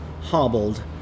Hobbled